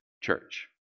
church